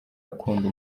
akunda